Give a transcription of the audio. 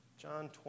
John